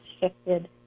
shifted